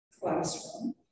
classroom